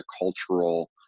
cultural